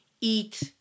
eat